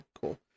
cool